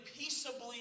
peaceably